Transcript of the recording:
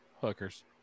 hookers